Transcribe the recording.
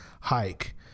hike